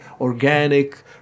organic